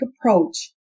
approach